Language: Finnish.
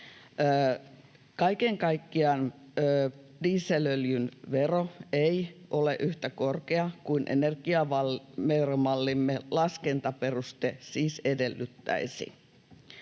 Kaiken kaikkiaan dieselöljyn vero ei ole yhtä korkea kuin energiaveromallimme laskentaperuste siis edellyttäisi.